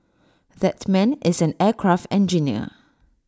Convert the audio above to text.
that man is an aircraft engineer